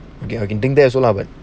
I have been eating there also lah but